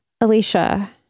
alicia